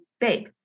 babe